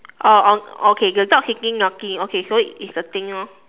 oh on okay the dog sitting nothing so it's the thing